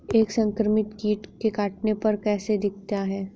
एक संक्रमित कीट के काटने पर कैसा दिखता है?